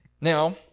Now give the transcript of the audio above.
Now